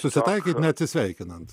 susitaikyt neatsisveikinant